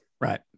Right